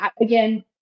again